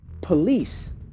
police